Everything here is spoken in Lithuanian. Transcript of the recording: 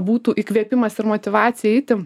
būtų įkvėpimas ir motyvacija eiti